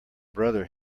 brother